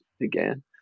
again